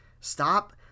stop